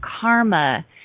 karma